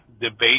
debate